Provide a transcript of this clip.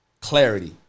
clarity